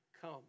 come